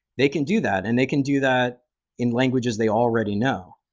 they can do that and they can do that in languages they already know.